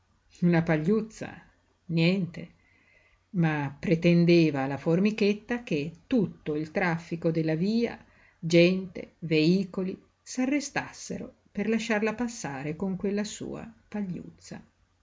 una pagliuzza niente ma pretendeva la formichetta che tutto il traffico della via gente veicoli s'arrestassero per lasciarla passare con quella sua pagliuzza